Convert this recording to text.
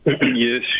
Yes